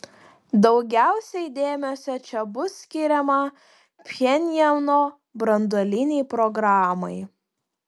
daugiausiai dėmesio čia bus skiriama pchenjano branduolinei programai